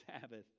Sabbath